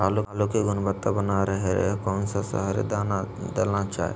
आलू की गुनबता बना रहे रहे कौन सा शहरी दलना चाये?